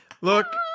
Look